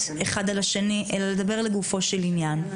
אחד על השני אלא לדבר לגופו של עניין.